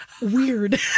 Weird